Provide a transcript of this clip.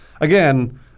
again